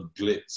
glitz